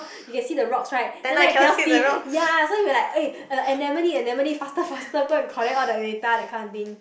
you can see the rocks right then like you cannot see ya so we're like eh anemone anemone faster faster go collect all the data that kind of thing